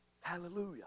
hallelujah